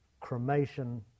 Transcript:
cremation